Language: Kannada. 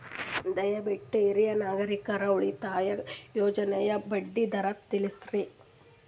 ದಯವಿಟ್ಟು ಹಿರಿಯ ನಾಗರಿಕರ ಉಳಿತಾಯ ಯೋಜನೆಯ ಬಡ್ಡಿ ದರ ತಿಳಸ್ರಿ